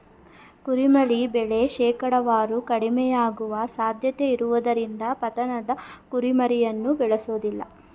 ಕುರಿಮರಿ ಬೆಳೆ ಶೇಕಡಾವಾರು ಕಡಿಮೆಯಾಗುವ ಸಾಧ್ಯತೆಯಿರುವುದರಿಂದ ಪತನದ ಕುರಿಮರಿಯನ್ನು ಬೇಳೆಸೋದಿಲ್ಲ